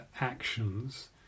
actions